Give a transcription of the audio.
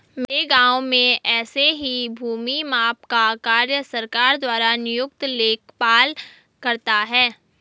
मेरे गांव में ऐसे ही भूमि माप का कार्य सरकार द्वारा नियुक्त लेखपाल करता है